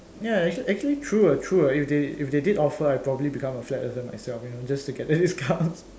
ya actually actually true ah true ah if they if they did offer I'd probably become a flat earther myself just to get the discounts